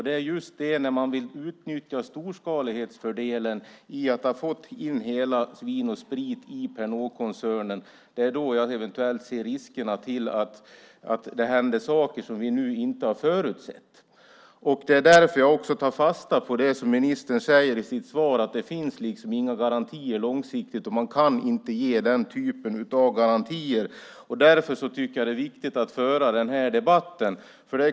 Det är just när man vill utnyttja storskalighetsfördelen i att ha fått in hela Vin & Sprit i Pernodkoncernen som jag ser riskerna att det händer saker som vi nu inte har förutsett. Det är därför jag tar fasta på det som ministern säger i sitt svar, att det inte finns några garantier långsiktigt och att man inte kan ge den typen av garantier. Därför tycker jag att det är viktigt att föra den här debatten.